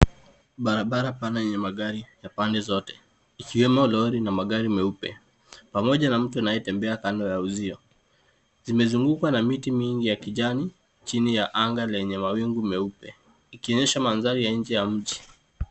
Barabara pana yenye magari ya pande zote ikiwemo lori na magari meupe pamoja na mtu anayetembea kando ya uzio. Zimezingukwa na miti mingi ya kijani chini ya anga lenye mawingu meupe, ikionyesha mandhari ya nje ya mji.